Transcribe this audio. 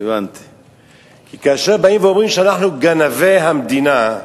כי אומרים שאנחנו גנבי המדינה,